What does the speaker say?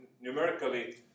numerically